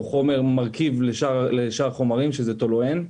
שהוא חומר מרכיב לשאר החומרים, טולוהין.